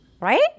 right